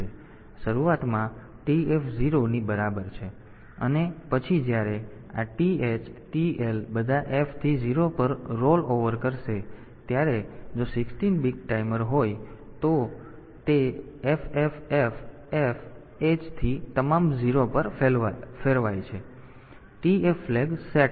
તેથી શરૂઆતમાં TF 0 ની બરાબર છે અને પછી જ્યારે આ TH TL બધા f થી 0 પર રોલઓવર કરશે ત્યારે જો 16 બીટ ટાઈમર હોય તો જ્યારે તે FFFFH થી તમામ 0 પર ફેરવાય છે ત્યારે TF ફ્લેગ સેટ થાય છે